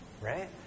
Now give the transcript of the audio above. right